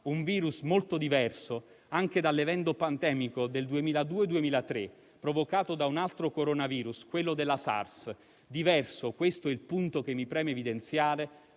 un virus molto diverso anche dall'evento pandemico del 2002-2003, provocato da un altro Coronavirus, quello della SARS, diverso - questo è il punto che mi preme evidenziare